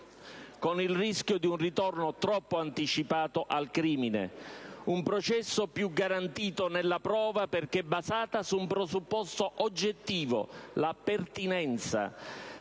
con il rischio di un ritorno troppo anticipato al crimine. Un processo più garantito nella prova, perché basata su un presupposto oggettivo, la pertinenza,